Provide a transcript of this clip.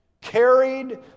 carried